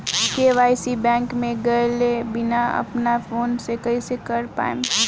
KYC bank मे गएले बिना अपना फोन से कइसे कर पाएम?